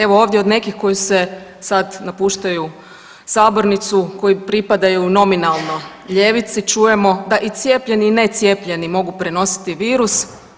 Evo ovdje od nekih koji se sad napuštaju sabornicu koji pripadaju nominalno ljevici čujemo da i cijepljeni i ne cijepljeni mogu prenositi virus.